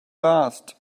last